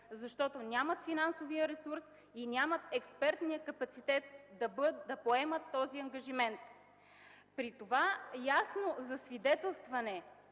защото нямат финансов ресурс и експертен капацитет да поемат този ангажимент. При това ясно засвидетелстване